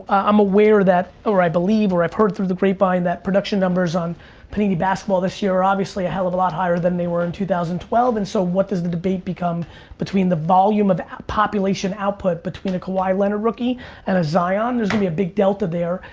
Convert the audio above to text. i'm aware that or i believe or i've heard through the grapevine that production numbers on panini basketball this year are obviously a hell of a lot higher than they were in two thousand and twelve and so what does the debate become between the volume of population output between a kawhi leonard rookie and a zion? there's gonna be a big delta there.